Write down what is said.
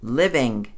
living